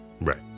Right